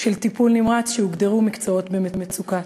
של טיפול נמרץ, שהוגדרו מקצועות במצוקה.